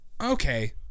okay